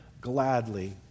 gladly